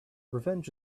revenge